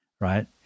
right